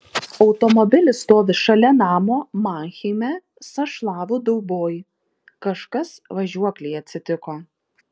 automobilis stovi šalia namo manheime sąšlavų dauboj kažkas važiuoklei atsitiko